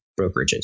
brokerages